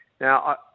Now